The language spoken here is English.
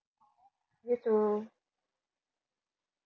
you too